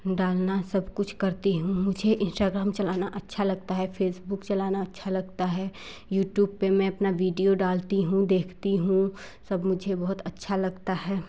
डालना सब कुछ करती हूँ मुझे इंस्टाग्राम चलाना अच्छा लगता है फेसबुक चलाना अच्छा लगता है यूट्यूब पर मैं अपना वीडियो डालती हूँ देखती हूँ सब मुझे बहुत अच्छा लगता है